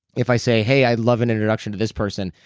if i say, hey. i'd love an introduction to this person.